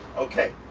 okay.